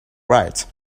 right